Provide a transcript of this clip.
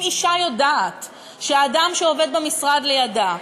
אם אישה יודעת שאדם שעובד במשרד לידה,